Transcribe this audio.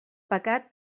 pecat